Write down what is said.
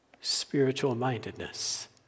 Spiritual-mindedness